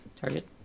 Target